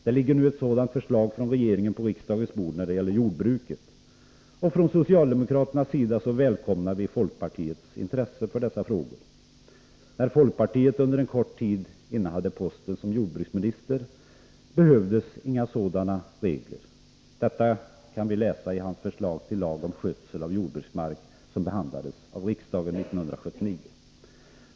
Det ligger nu ett sådant förslag från regeringen på riksdagens bord när det gäller jordbruket. Från socialdemokraternas sida välkomnar vi folkpartiets intresse för dessa frågor. När folkpartiet under en kort tid innehade posten som jordbruksminister behövdes inga sådana regler. Det kan vi läsa i hans förslag till lag om skötsel av jordbruksmark, som behandlades av riksdagen 1979.